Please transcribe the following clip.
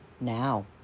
now